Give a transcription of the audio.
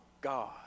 god